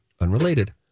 Unrelated